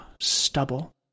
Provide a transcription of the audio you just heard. stubble